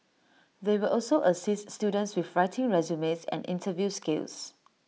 they will also assist students with writing resumes and interview skills